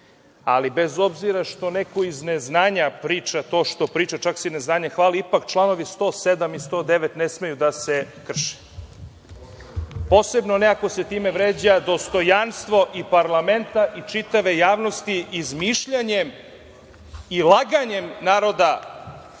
ali bez obzira što neko iz neznanja priča to što priča, čak se i neznanjem hvali, ipak članovi 107. i 109. ne smeju da se krše, posebno ne ako se time vređa dostojanstvo i parlamenta i čitave javnosti izmišljanjem i laganjem naroda